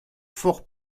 fort